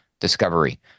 discovery